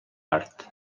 art